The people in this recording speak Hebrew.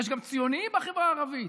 יש גם ציונים בחברה הערבית,